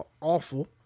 awful